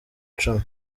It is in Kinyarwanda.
cumi